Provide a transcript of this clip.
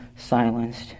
silenced